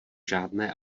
žádné